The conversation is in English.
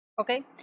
okay